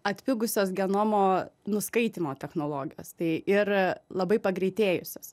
atpigusios genomo nuskaitymo technologijos tai ir labai pagreitėjusios